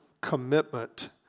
commitment